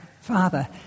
Father